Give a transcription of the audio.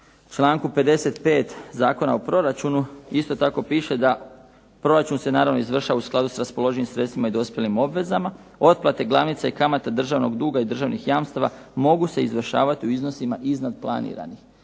članku 55. Zakona o proračunu isto tako piše da proračun se naravno izvršava u skladu s raspoloživim sredstvima i dospjelim obvezama. Otplate glavnice i kamata državnog duga i državnih jamstava mogu se izvršavati u iznosima iznad planiranih.